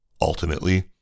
Ultimately